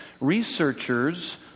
Researchers